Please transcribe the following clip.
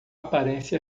aparência